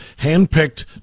handpicked